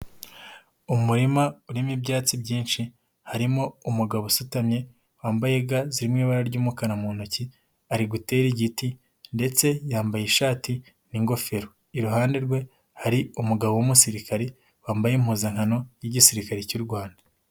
Umurima urimo ibyatsi byinshi harimo umugabo usutamye wambaye ga ziri mu ibara ry'umukara mu ntoki, ari gutera igiti ndetse yambaye ishati n'ingofero. Iruhande rwe hari umugabo w'umusirikare wambaye impuzankano y'Igisirikare cy'u Rwanda.